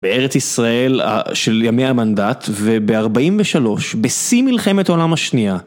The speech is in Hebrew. בארץ ישראל של ימי המנדט וב-43 בשיא מלחמת עולם השנייה.